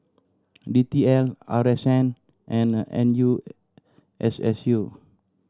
D T L R S N and N U S S U